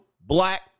black